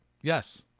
Yes